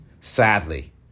sadly